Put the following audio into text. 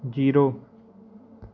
zero